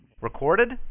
Recorded